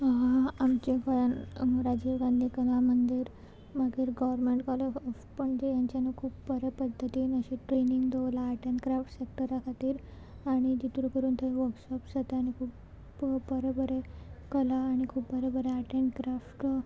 आमचे गोंयांत राजीव गांधी कला मंदीर मागीर गोवोर्मेंट कॉलेज ऑफ पणजे हेंच्यानी खूब बरे पद्दतीन अशी ट्रेनींग दवरलां आर्ट एंड क्राफ्ट सॅक्टरा खातीर आनी तितून करून थंय वर्कशॉप्स जाता आनी खूब बरें बरें कला आनी खूब बरें बरें आर्ट एण्ड क्राफ्ट